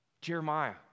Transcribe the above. Jeremiah